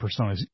personas